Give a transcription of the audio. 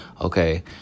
okay